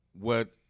what-